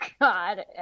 god